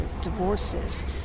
divorces